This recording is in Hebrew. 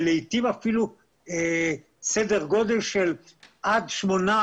ולעתים אפילו סדר גודל של עד 8,